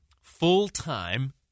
full-time